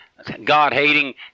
God-hating